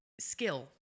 Skill